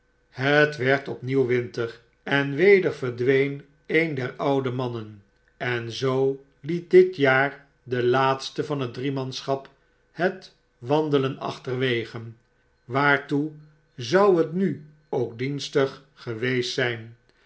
het werd opnieuw winter en weder verdween een der oude mannen en zoo liet dit jaar de laatste van het driemanschap het wandelen achterwege waartoe zij het nu ook dienstig geweest zjjn